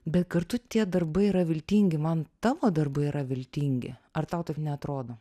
bet kartu tie darbai yra viltingi man tavo darbai yra viltingi ar tau taip neatrodo